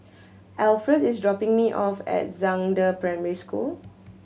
Alferd is dropping me off at Zhangde Primary School